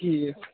ٹھیٖک